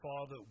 Father